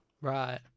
Right